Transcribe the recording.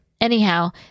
Anyhow